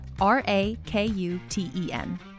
R-A-K-U-T-E-N